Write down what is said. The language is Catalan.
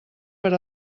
per